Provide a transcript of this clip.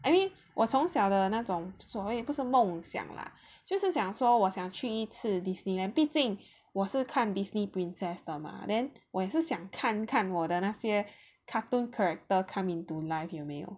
I mean 我从小的那种所谓不是梦想 lah 就是想说我想去一次 Disneyland 毕竟我是看 Disney princess 的 mah then 我也是想看看我的那些 cartoon character come into life 有没有